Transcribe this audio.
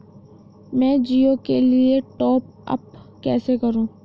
मैं जिओ के लिए टॉप अप कैसे करूँ?